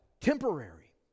temporary